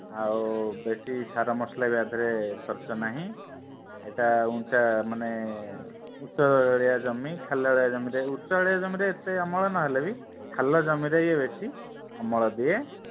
ଆଉ ବେଶି ସାର ମସଲା ବି ୟା ଦେହରେ ଖର୍ଚ୍ଚ ନାହିଁ ଏଇଟା ଉଞ୍ଚା ମାନେ ଉଚ୍ଚାଳିଆ ଜମି ଖାଲଳିଆ ଜମିରେ ଉଚ୍ଚାଳିଆ ଜମିରେ ଏତେ ଅମଳ ନହେଲେ ବି ଖାଲ ଜମିରେ ଇଏ ବେଶି ଅମଳ ଦିଏ